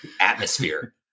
atmosphere